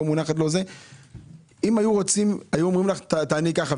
אם היו רוצים היו אומרים לך איך לענות,